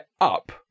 up